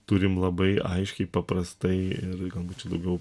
turim labai aiškiai paprastai ir galbūt čia daugiau